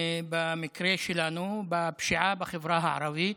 במקרה שלנו, בפשיעה בחברה הערבית,